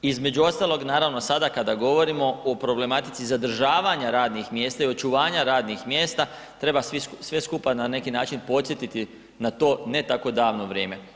Između ostalog, naravno sada kada govorimo o problematici zadržavanja radnih mjesta i očuvanja radnih mjesta treba sve skupa na neki način podsjetiti na to ne tako davno vrijeme.